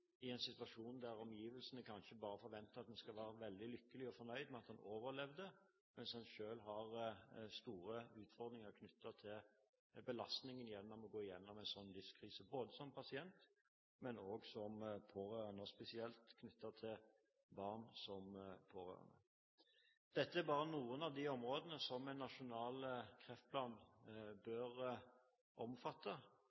i en situasjon der omgivelsene kanskje bare forventer at en skal være veldig lykkelig og fornøyd med at en overlevde, mens en selv har store utfordringer knyttet til belastningen ved å gå gjennom en sånn livskrise, både som pasient og som pårørende, og spesielt knyttet til barn som pårørende. Dette er bare noen av de områdene som en nasjonal kreftplan